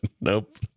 nope